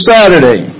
Saturday